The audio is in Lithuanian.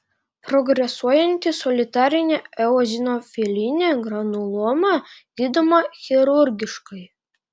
progresuojanti solitarinė eozinofilinė granuloma gydoma chirurgiškai